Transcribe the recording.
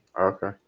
Okay